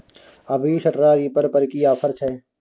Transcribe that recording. अभी straw reaper पर की ऑफर छै?